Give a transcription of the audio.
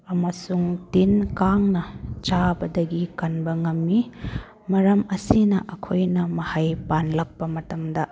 ꯑꯃꯁꯨꯡ ꯇꯤꯟ ꯀꯥꯡꯅ ꯆꯥꯕꯗꯒꯤ ꯀꯟꯕ ꯉꯝꯏ ꯃꯔꯝ ꯑꯁꯤꯅ ꯑꯩꯈꯣꯏꯅ ꯃꯍꯩ ꯄꯥꯟꯂꯛꯄ ꯃꯇꯝꯗ